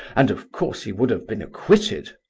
and of course he would have been acquitted.